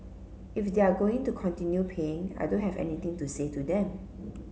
if they're going to continue paying I don't have anything to say to them